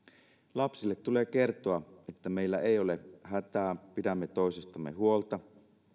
lapsille tulee kertoa että meillä ei ole hätää pidämme toisistamme huolta